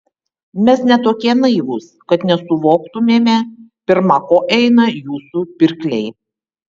mes ne tokie naivūs kad nesuvoktumėme pirma ko eina jūsų pirkliai